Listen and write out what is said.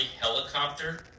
helicopter